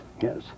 yes